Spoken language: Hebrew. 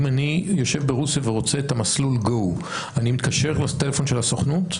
אם אני יושב ברוסיה ורוצה את מסלול go אני מתקשר לטלפון של הסוכנות?